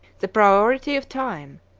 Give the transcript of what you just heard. the priority of time,